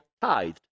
tithed